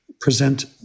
present